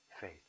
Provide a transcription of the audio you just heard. faith